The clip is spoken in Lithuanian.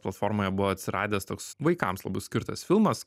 platformoje buvo atsiradęs toks vaikams labai skirtas filmas